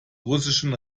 russischen